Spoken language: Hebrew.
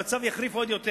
שהממשלה תספק ישירות.